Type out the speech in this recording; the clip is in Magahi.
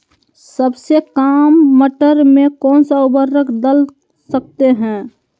सबसे काम मटर में कौन सा ऊर्वरक दल सकते हैं?